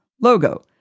logo